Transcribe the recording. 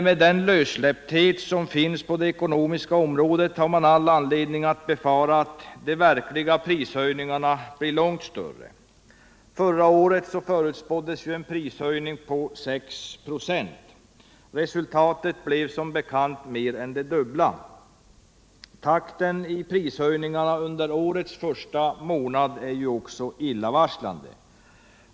Med den lössläppthet som nu finns på det ekonomiska området har man all anledning att befara att de verkliga prishöjningarna blir långt större. Förra året förutspåddes en prisökning på 6 26. Resultatet blev som bekant mer än det dubbla. Takten i prishöjningarna under årets första månad är också illavarslande.